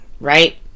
right